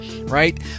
right